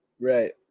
Right